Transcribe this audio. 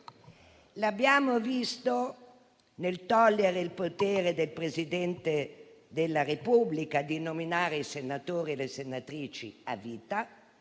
Lo abbiamo visto nel togliere il potere del Presidente della Repubblica di nominare i senatori e le senatrici a vita;